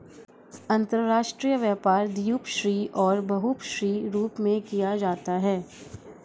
अंतर्राष्ट्रीय व्यापार द्विपक्षीय और बहुपक्षीय रूप में किया जाता है